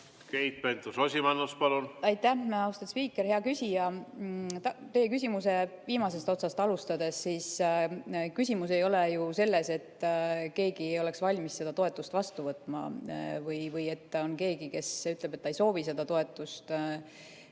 Keit Pentus-Rosimannus, palun! Aitäh, austatud spiiker! Hea küsija! Teie küsimuse viimasest otsast alustades, siis küsimus ei ole ju selles, et keegi ei oleks valmis seda toetust vastu võtma või et on keegi, kes ütleb, et ta ei soovi seda toetust. Mina